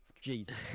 Jesus